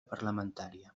parlamentària